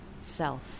self